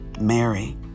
Mary